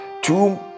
two